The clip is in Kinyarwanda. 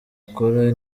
akora